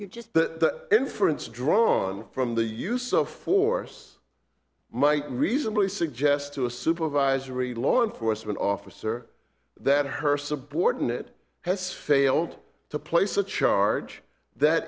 he just the inference drawn from the use of force might reasonably suggest to a supervisory law enforcement officer that her subordinate has failed to place a charge that